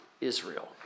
Israel